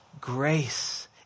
grace